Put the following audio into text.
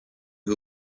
who